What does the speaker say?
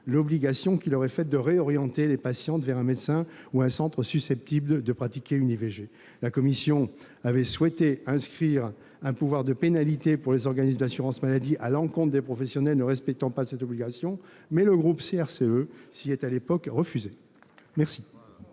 l'obligation qui leur est faite de réorienter les patientes vers un médecin ou un centre susceptible de pratiquer une IVG. La commission avait souhaité inscrire un pouvoir de pénalité pour les organismes d'assurance maladie à l'encontre des professionnels ne respectant pas cette obligation, mais le groupe CRCE s'y était, à l'époque, refusé. Je